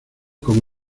como